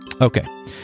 Okay